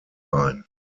ein